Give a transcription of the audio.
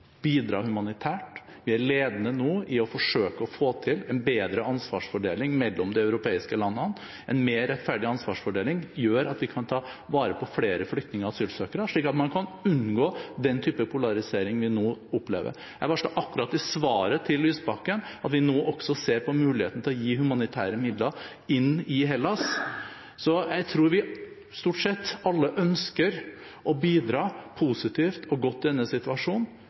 bidra humanitært, og vi er ledende nå i å forsøke å få til en bedre ansvarsfordeling mellom de europeiske landene. En mer rettferdig ansvarsfordeling gjør at vi kan ta vare på flere flyktninger og asylsøkere, slik at man kan unngå den type polarisering vi nå opplever. Jeg varslet akkurat i svaret til Lysbakken at vi nå også ser på mulighetene til å gi humanitære midler til Hellas. Jeg tror vi alle stort sett ønsker å bidra positivt og godt i denne situasjonen,